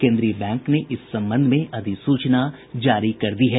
केन्द्रीय बैंक ने इस संबंध में अधिसूचना जारी कर दी है